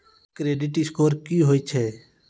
Credit score की होय छै?